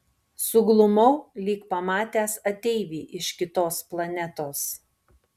suglumau lyg pamatęs ateivį iš kitos planetos